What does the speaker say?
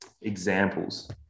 examples